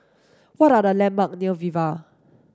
what are the landmarks near Viva